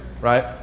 right